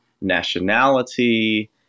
nationality